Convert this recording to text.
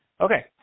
Okay